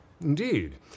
Indeed